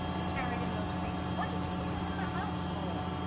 he carried in those papers. what did you bring em in the house for?